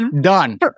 Done